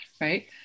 right